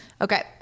Okay